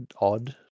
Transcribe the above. odd